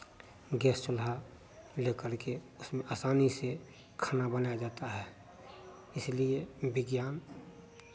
gas चुल्हा ले करके उसमें आसानी से खाना बनाया जाता है इसलिए विज्ञान